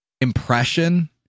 impression